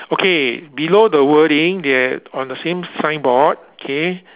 okay below the wording they're on the same signboard okay